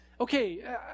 okay